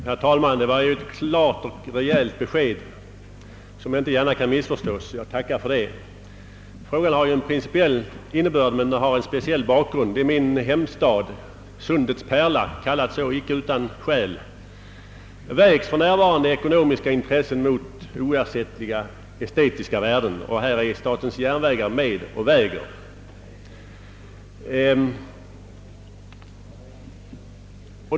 Herr talman! Det var ju ett klart och rejält besked, som inte kan missförstås. Jag tackar för det. Min fråga är av principiell natur men den har en speciell bakgrund. I min hemstad — Sundets pärla, kallad så icke utan skäl — vägs för närvarande ekonomiska intressen mot oersättliga estetiska värden, och härvid är statens järnvägar med och väger.